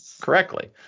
correctly